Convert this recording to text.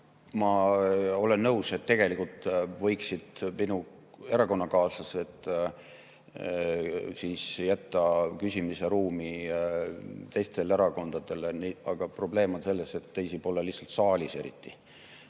ma olen nõus, et tegelikult võiksid minu erakonnakaaslased jätta küsimisruumi teistele erakondadele, aga probleem on selles, et teisi pole lihtsalt saalis eriti.